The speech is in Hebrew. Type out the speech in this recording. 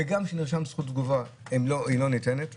וגם כשנרשמת זכות תגובה היא לא נרשמת נכון,